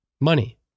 money